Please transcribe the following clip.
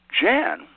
Jan